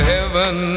heaven